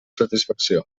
satisfacció